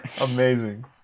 Amazing